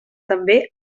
també